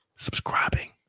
Subscribing